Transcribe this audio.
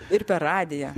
ir per radiją